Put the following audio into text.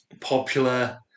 popular